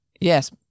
Yes